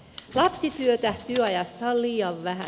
lapsityötä työajasta on liian vähän